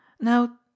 now